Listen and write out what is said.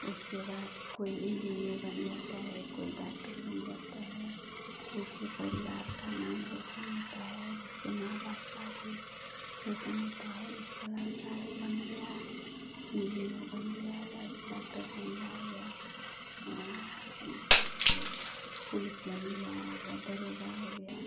उसके बाद कोई इंजीनियर बन जाता है कोई डॉक्टर बन जाता है उसके परिवार का नाम रोशन होता है उसके माँ बाप का भी रोशन होता है इसका लड़का है बन गया है इंजीनियर बन गया या डॉक्टर बन गया या जैसे पुलिस बनी है या दरोगा हो गया